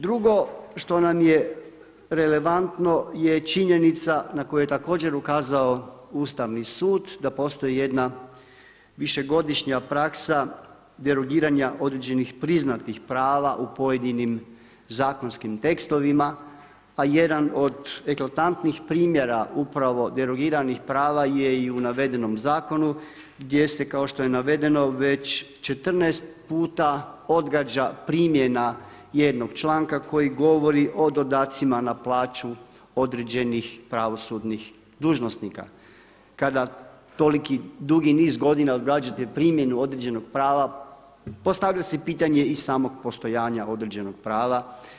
Drugo što nam je relevantno je činjenica na koje je također ukazao Ustavni sud da postoji jedna višegodišnja praksa derogiranja određenih priznatih prava u pojedinim zakonskim tekstovima a jedan od eklatantnih primjera, upravo derogiranih prava je i u navedenom zakonu gdje se kao što je navedeno već 14 puta odgađa primjena jednog članka koji govori o dodatcima na plaću određenih pravosudnih dužnosnika kada toliki dugi niz godina odgađate primjenu određenog prava postavlja se pitanje i samog postojanja određenog prava.